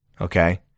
Okay